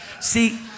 See